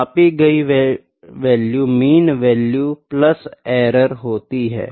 मापी गयी value mean value plus error होती है